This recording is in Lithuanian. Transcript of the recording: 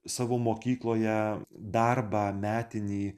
savo mokykloje darbą metinį